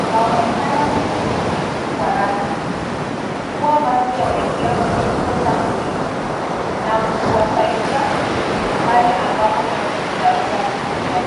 zaonekana ni nyeusi kwa rangi, huwa maji yanaingia kwenye izo tanki na kuwasaidia pale ambapo maji itaweza kupotea.